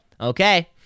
Okay